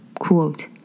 Quote